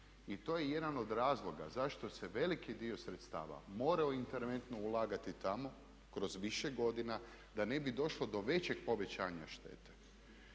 I to je jedan od razloga zašto se veliki dio sredstava morao interventno ulagati tamo kroz više godina da ne bi došlo do većeg povećanja štete